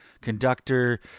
conductor